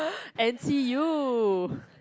and see you